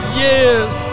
years